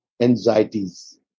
anxieties